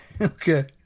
okay